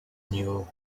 new